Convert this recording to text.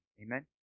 Amen